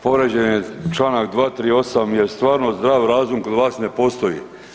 Povrijeđen je čl. 238.jer stvarno zdrav razum kod vas ne postoji.